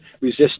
resist